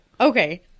Okay